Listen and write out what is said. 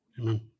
Amen